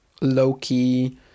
low-key